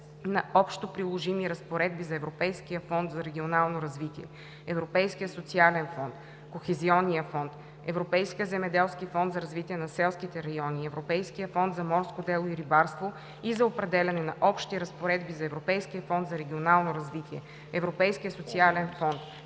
на общоприложими разпоредби за Европейския фонд за регионално развитие, Европейския социален фонд, Кохезионния фонд, Европейския земеделски фонд за развитие на селските райони и Европейския фонд за морско дело и рибарство и за определяне на общи разпоредби за Европейския фонд за регионално развитие, Европейския социален фонд,